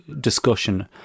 discussion